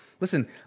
listen